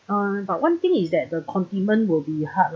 but one thing is that the condiment will be hard lah